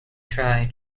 try